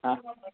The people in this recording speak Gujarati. હા